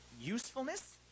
usefulness